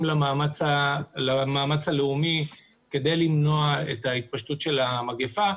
למאמץ הלאומי כדי למנוע את התפשטות המגפה.